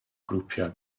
grwpiau